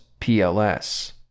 PLS